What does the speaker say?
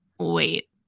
Wait